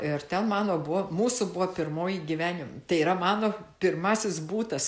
ir ten mano buvo mūsų buvo pirmoji gyvenime tai yra mano pirmasis butas